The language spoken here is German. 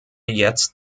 jetzt